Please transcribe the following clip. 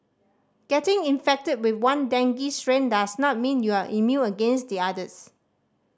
getting infected with one dengue strain does not mean you are immune against the others